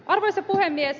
arvoisa puhemies